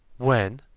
when,